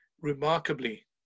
remarkably